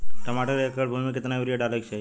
टमाटर के एक एकड़ भूमि मे कितना यूरिया डाले के चाही?